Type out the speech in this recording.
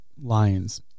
lions